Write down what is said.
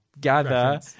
gather